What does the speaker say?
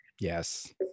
yes